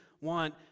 want